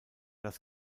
das